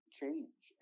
change